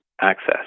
access